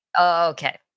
Okay